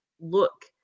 look